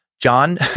John